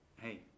hey